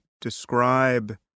describe